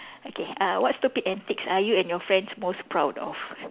okay uh what stupid antics are you and your friends most proud of